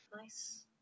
nice